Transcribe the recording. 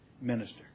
minister